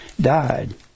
died